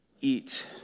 eat